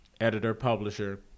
editor-publisher